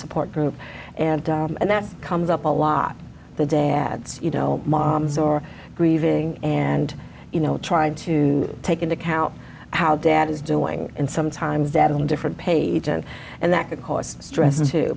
support group and and that comes up a lot the day adds you know moms or grieving and you know trying to take into account how dad is doing and sometimes deadly different page and and that could cause stress and too